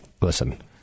listen